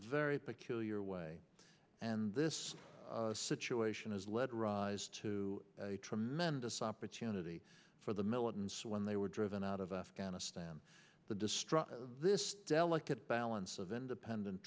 very peculiar way and this situation has led rise to a tremendous opportunity for the militants when they were driven out of afghanistan to destroy this delicate balance of independent